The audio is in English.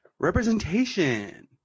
representation